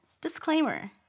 Disclaimer